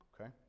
Okay